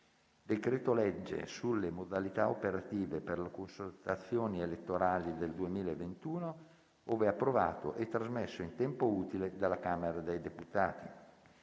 decreto-legge sulle modalità operative per la consultazioni elettorali del 2021, ove approvato e trasmesso in tempo utile dalla Camera dei deputati.